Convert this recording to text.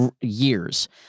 years